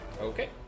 Okay